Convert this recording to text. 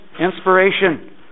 inspiration